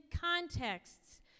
contexts